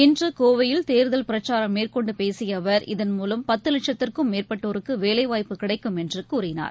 இன்று கோவையில் தேர்தல் பிரச்சாரம் மேற்கொண்டு பேசிய அவர் இதன்மூலம் பத்து லட்சத்திற்கும் மேற்பட்டோருக்கு வேலைவாய்ப்பு கிடைக்கும் என்று கூறினார்